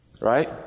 right